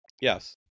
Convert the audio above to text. Yes